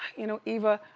you know eva,